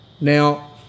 Now